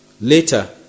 Later